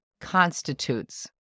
constitutes